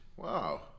Wow